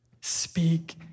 speak